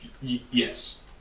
Yes